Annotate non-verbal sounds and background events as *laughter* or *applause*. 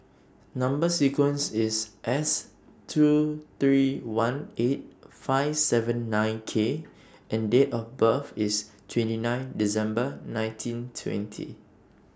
*noise* Number sequence IS S two three one eight five seven nine K and Date of birth IS twenty nine December nineteen twenty